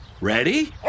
Ready